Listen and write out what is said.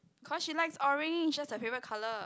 cause she likes orange that's her favourite colour